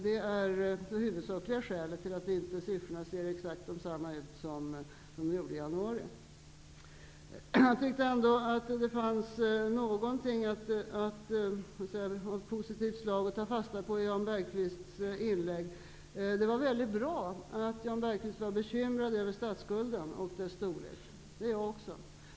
Det är det huvudsakliga skälet till att siffrorna inte ser exakt likadana ut som de gjorde i januari. Jag tyckte ändå att det fanns något av positivt slag att ta fasta på i Jan Bergqvists inlägg. Det var mycket bra att Jan Bergqvist var bekymrad över statsskulden och dess storlek. Det är jag också.